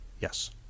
Yes